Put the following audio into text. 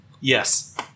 Yes